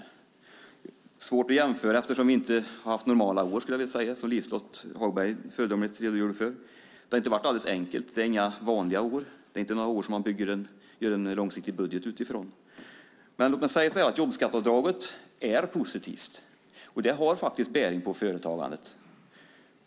Men det är svårt att jämföra eftersom vi inte haft, skulle jag vilja säga, normala år. Liselott Hagberg redogjorde på ett föredömligt sätt för detta. Det har inte varit alldeles enkelt, för det är inte fråga om vanliga år utifrån vilka man kan göra en långsiktig budget. Jobbskatteavdraget är positivt. Det har faktiskt bäring på företagandet.